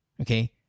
Okay